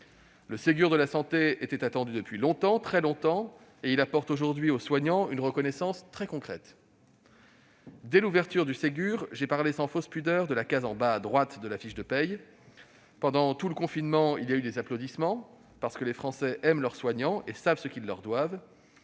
Le Ségur de la santé était attendu depuis longtemps, très longtemps ; il apporte aujourd'hui aux soignants une reconnaissance très concrète. Dès l'ouverture du Ségur, j'ai parlé sans fausses pudeurs de la case en bas à droite de la fiche de paie. Pendant tout le confinement, il y a eu des applaudissements parce que les Français aiment leurs soignants et savent ce qu'ils leur doivent.